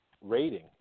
rating